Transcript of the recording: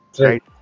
Right